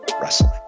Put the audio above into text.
wrestling